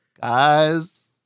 Guys